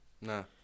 No